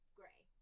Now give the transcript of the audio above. gray